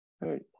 Right